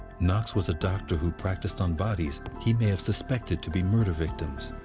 knox was a doctor who practiced on bodies he may have suspected to be murder victims.